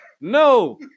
No